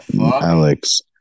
Alex